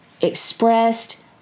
expressed